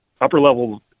upper-level